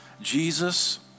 Jesus